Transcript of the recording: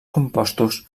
compostos